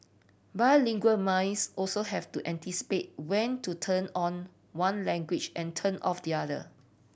bilingual minds also have to anticipate when to turn on one language and turn off the other